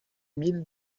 mille